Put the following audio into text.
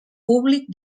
públic